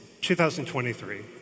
2023